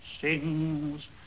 sings